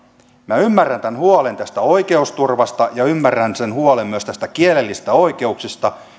minä ymmärrän tämän huolen tästä oikeusturvasta ja ymmärrän sen huolen myös kielellisistä oikeuksista